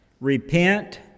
Repent